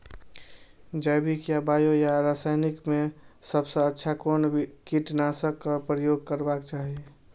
जैविक या बायो या रासायनिक में सबसँ अच्छा कोन कीटनाशक क प्रयोग करबाक चाही?